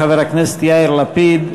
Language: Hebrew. חבר הכנסת יאיר לפיד,